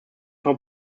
von